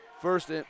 First